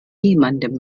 niemandem